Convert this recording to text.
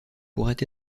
pourrait